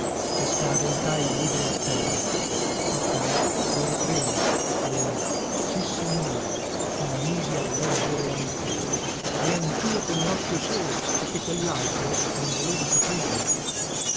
e scaraventai il libro a terra ma poi lo ripresi e sissignori mi misi a leggere anchio e anchio con un occhio solo perché quellaltro non voleva saperne